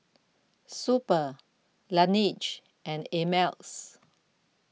Super Laneige and Ameltz